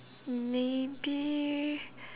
maybe